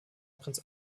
prinz